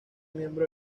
miembro